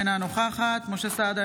אינה נוכחת משה סעדה,